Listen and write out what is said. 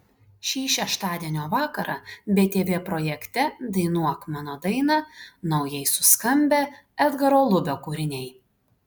šį šeštadienio vakarą btv projekte dainuok mano dainą naujai suskambę edgaro lubio kūriniai